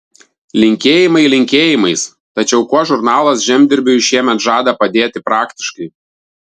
linkėjimai linkėjimais tačiau kuo žurnalas žemdirbiui šiemet žada padėti praktiškai